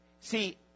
see